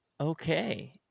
Okay